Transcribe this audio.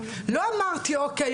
לא אמרתי אוקיי,